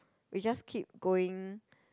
we just keep going